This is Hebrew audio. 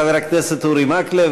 חבר הכנסת אורי מקלב,